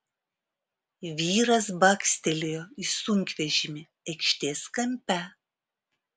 vyras bakstelėjo į sunkvežimį aikštės kampe